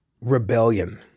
rebellion